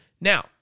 Now